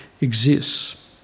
exists